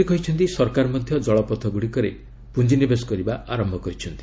ସେ କହିଛନ୍ତି ସରକାର ମଧ୍ୟ ଜଳପଥଗୁଡ଼ିକରେ ପୁଞ୍ଜିନିବେଶ କରିବା ଆରମ୍ଭ କରିଛନ୍ତି